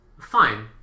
fine